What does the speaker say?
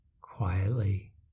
quietly